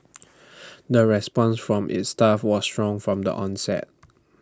the response from its staff was strong from the onset